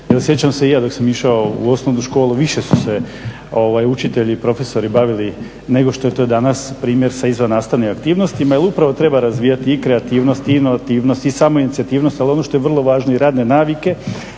sjećam se i ja dok sam išao u osnovnu školu više su se učitelji profesori bavili nego što je to danas primjer sa izvannastavnim aktivnostima jer upravo treba razvijati i kreativnost i inovativnost i samoinicijativnost. Ali ono što je vrlo važno i radne navike.